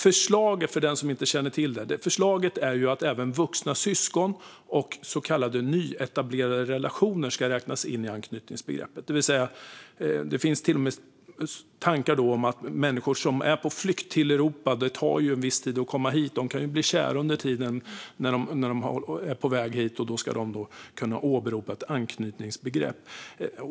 Förslaget, om nu någon inte känner till det, är ju att även vuxna syskon och så kallade nyetablerade relationer ska räknas in i anknytningsbegreppet. Det tar ju viss tid att komma till Europa för människor som är på flykt, och de kan ju bli kära medan de är på väg hit, och tanken är då att de ska kunna åberopa ett anknytningsbegrepp.